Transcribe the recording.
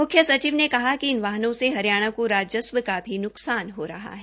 म्ख्यसचिव ने कहा कि इन वाहनों से हरियाणा को राजस्व का भी न्कसान हो रहा है